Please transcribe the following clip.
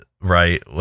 Right